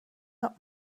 not